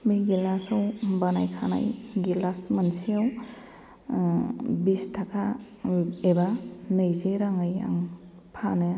बे गेलासआव बानायखानाय गेलास मोनसेयाव बिस थाखा एबा नैजि राङै आं फानो